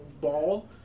ball